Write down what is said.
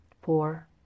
Four